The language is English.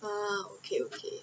uh okay okay